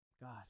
God